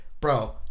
bro